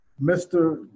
Mr